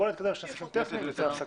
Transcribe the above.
בואו נקרא את הסעיפים הטכניים ונצא להפסקה.